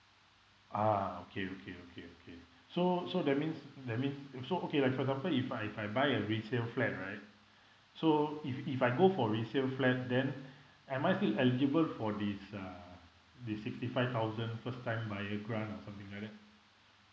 ah okay okay okay okay so so that means that means so okay like for example if I I buy a resale flat right so if if I go for resale flat then am I still eligible for this uh this sixty five thousand first time buyer grant or something like that